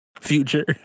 future